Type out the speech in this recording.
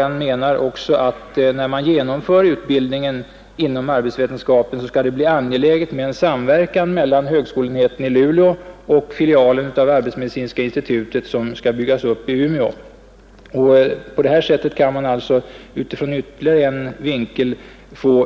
Han menar också att det när man genomför utbildningen inom arbetsvetenskapen är angeläget med en samverkan mellan högskoleenheten i Luleå och filialen av arbetsmedicinska intitutet, som skall byggas upp i Umeå. På det här sättet kan man alltså åstadkomma